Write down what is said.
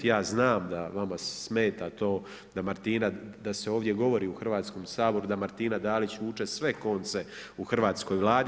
Ja znam da vama smeta to da Martina, da se ovdje govori u Hrvatskom saboru da Martina Dalić vuče sve konce u hrvatskoj Vladi.